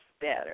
better